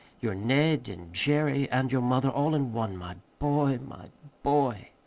you're ned and jerry and your mother all in one, my boy, my boy!